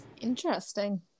Interesting